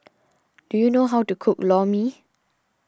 do you know how to cook Lor Mee